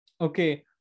Okay